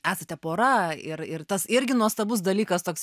esate pora ir ir tas irgi nuostabus dalykas toks